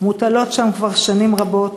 מוטלות שם כבר שנים רבות